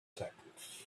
seconds